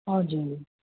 हजुर